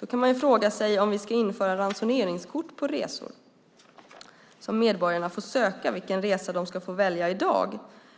Då kan man fråga sig om vi ska införa ransoneringskort på resor, som medborgarna får söka, när det gäller vilken resa de ska få välja.